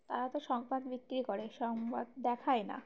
তারা তো সংবাদ বিক্রি করে সংবাদ দেখায় না